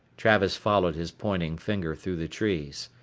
travis followed his pointing finger through the trees.